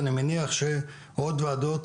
אני מניח שעוד ועדות